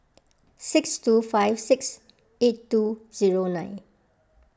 six two five six eight two zero nine